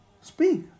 speak